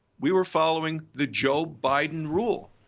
we were following the joe biden rule.